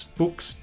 books